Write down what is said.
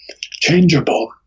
changeable